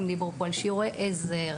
דיברו פה על שיעורי עזר,